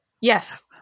Yes